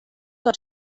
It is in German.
dort